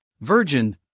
Virgin